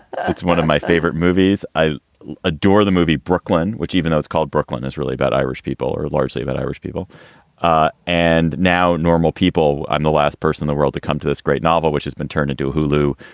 it's one of my favorite movies. i adore the movie brooklyn, which even though it's called brooklyn, is really about irish people are largely about irish people ah and now normal people. i'm the last person in the world to come to this great novel which has been turned into hulu.